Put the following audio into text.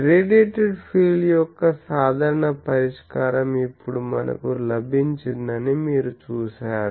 radiated field యొక్క సాధారణ పరిష్కారం ఇప్పుడు మనకు లభించిందని మీరు చూశారు